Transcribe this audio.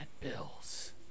Bills